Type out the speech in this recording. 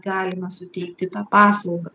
galime suteikti tą paslaugą